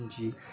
جی